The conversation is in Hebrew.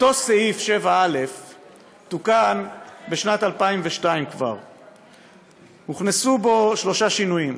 אותו סעיף 7א תוקן כבר בשנת 2002. הוכנסו בו שלושה שינויים: